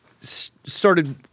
started